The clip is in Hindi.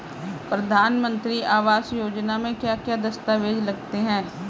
प्रधानमंत्री आवास योजना में क्या क्या दस्तावेज लगते हैं?